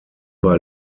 bei